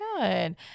Good